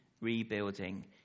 rebuilding